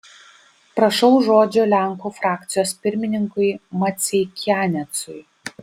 prašau žodžio lenkų frakcijos pirmininkui maceikianecui